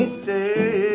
stay